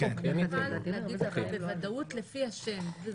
אני יכולה להגיד לך בוודאות לפי השם.